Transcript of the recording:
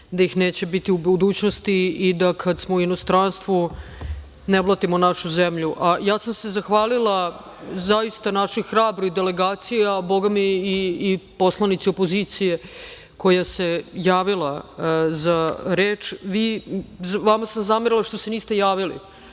da ih neće biti u budućnosti i da kada smo u inostranstvu ne blatimo našu zemlju. Ja sam se zahvalila zaista našoj hrabroj delegaciji, a bogami i poslanici opozicije koja se javila za reč. Vama sam zamerila što se niste javili.